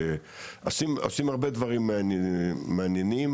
עושים הרבה דברים מעניינים